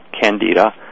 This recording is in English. candida